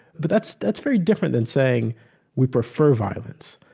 but that's that's very different than saying we prefer violence.